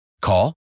Call